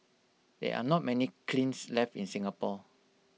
there are not many kilns left in Singapore